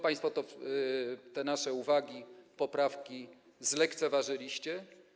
Państwo te nasze uwagi, poprawki zlekceważyliście.